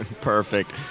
Perfect